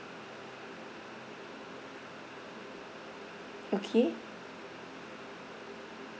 okay